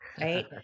right